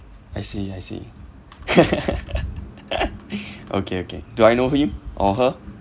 I see I see okay okay do I know him or her